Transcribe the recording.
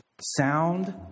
Sound